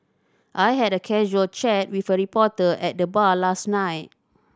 I had a casual chat with a reporter at the bar last night